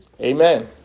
Amen